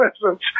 presence